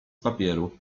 papieru